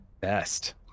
best